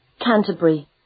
Canterbury